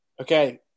okay